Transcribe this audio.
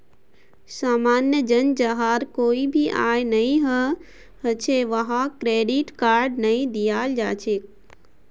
सामान्य जन जहार कोई भी आय नइ छ वहाक क्रेडिट कार्ड नइ दियाल जा छेक